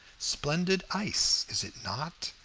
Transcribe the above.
splendid ice, is it not?